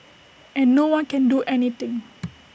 and no one can do anything